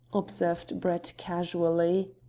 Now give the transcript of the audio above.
observed brett casually.